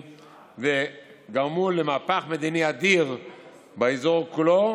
וגרמו למהפך מדיני אדיר באזור כולו,